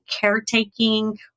caretaking